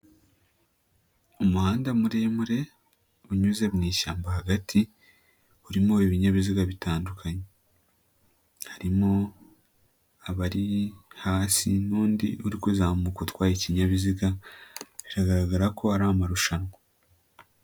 Umuhanda muremure, unyuze mu ishyamba hagati, urimo ibinyabiziga bitandukanye. Harimo abari hasi n'undi uri kuzamuka utwaye ikinyabiziga, biragaragara ko ari amarushanwa.